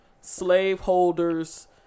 slaveholders